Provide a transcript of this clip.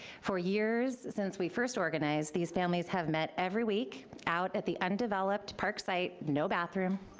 for years since we first organized these families have met every week out at the undeveloped park site, no bathroom,